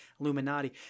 Illuminati